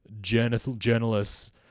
journalists